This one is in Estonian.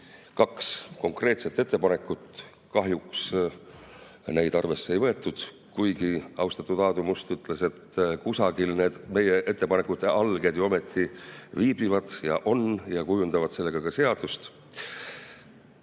kaks konkreetset ettepanekut. Kahjuks neid arvesse ei võetud, kuigi austatud Aadu Must ütles, et kusagil need meie ettepanekute alged ju ometi viibivad ja on ja kujundavad sellega ka seadust.